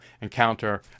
encounter